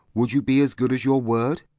would you be as good as your word?